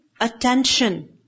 attention